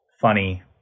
funny